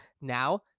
Now